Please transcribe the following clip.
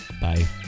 Bye